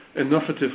innovative